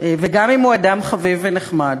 וגם אם הוא אדם חביב ונחמד,